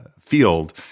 field